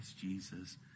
Jesus